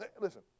Listen